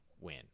win